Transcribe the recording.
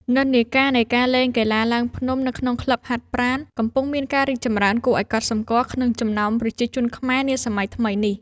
និន្នាការនៃការលេងកីឡាឡើងភ្នំនៅក្នុងក្លឹបហាត់ប្រាណ កំពុងមានការរីកចម្រើនគួរឱ្យកត់សម្គាល់ក្នុងចំណោមប្រជាជនខ្មែរនាសម័យថ្មីនេះ។